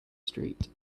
street